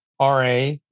RA